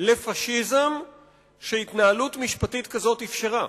לפאשיזם שהתנהלות משפטית כזאת אפשרה.